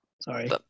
Sorry